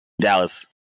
Dallas